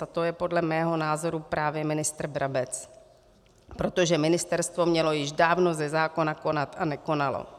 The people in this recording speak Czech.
A to je podle mého názoru právě ministr Brabec, protože ministerstvo mělo již dávno ze zákona konat a nekonalo.